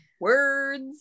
words